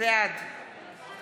בעד